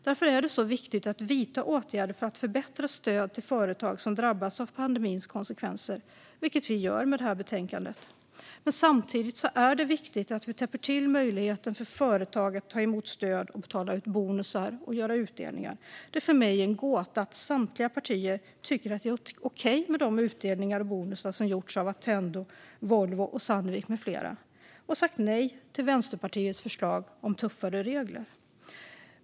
Därför är det viktigt att vidta åtgärder för att förbättra stöd till företag som drabbas av pandemins konsekvenser, vilket vi gör med det här betänkandet. Men samtidigt är det viktigt att vi täpper till möjligheten för företag att ta emot stöd och betala ut bonusar och göra utdelningar. Det är för mig en gåta att samtliga partier tycker att det är okej med de utdelningar och bonusar som har gjorts och getts av Attendo, Volvo, Sandvik med flera och att de har sagt nej till Vänsterpartiets förslag om tuffare regler.